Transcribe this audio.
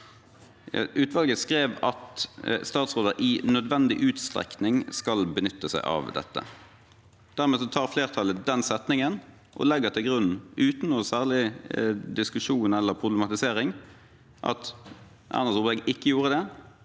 Utvalget skrev at statsråder i nødvendig utstrekning skal benytte seg av dette. Dermed tar flertallet den setningen og legger til grunn – uten noe særlig diskusjon eller problematisering – at Erna Solberg ikke gjorde det,